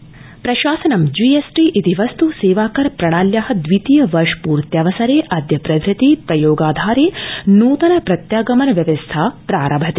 GST प्रशासनं G S T इति वस्त् सेवा कर प्रणाल्या द्वितीय वर्ष पूर्व्यवसरेऽद्य प्रभृति प्रयोगाधारे नूतन प्रत्यागमन व्यवस्था प्रारभति